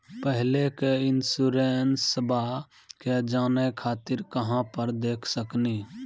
पहले के इंश्योरेंसबा के जाने खातिर कहां पर देख सकनी?